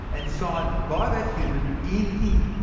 and signed by that human, in ink,